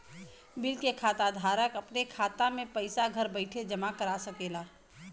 bill के खाता धारक अपने खाता मे पइसा घर बइठे जमा करा सकेला